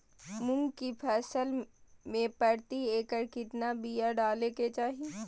मूंग की फसल में प्रति एकड़ कितना बिया डाले के चाही?